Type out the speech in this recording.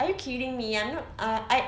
are you kidding me I'm not uh I